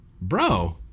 Bro